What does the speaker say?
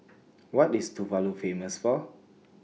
What IS Tuvalu Famous For